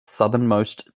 southernmost